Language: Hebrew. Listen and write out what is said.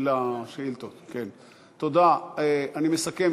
אני מסכם,